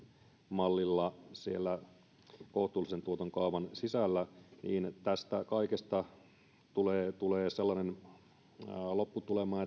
mallilla siellä kohtuullisen tuoton kaavan sisällä niin tästä kaikesta tulee tulee sellainen lopputulema